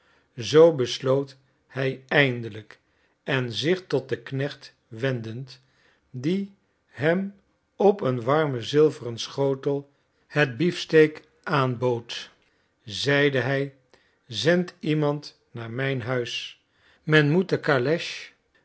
zoo besloot hij eindelijk en zich tot den knecht wendend die hem op een warmen zilveren schotel het beefsteak aanbood zeide hij zend iemand naar mijn huis men moet de